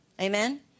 Amen